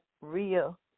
real